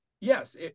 yes